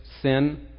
sin